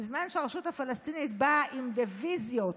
בזמן שהרשות הפלסטינית באה עם דיביזיות